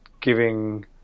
giving